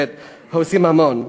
ועושים המון.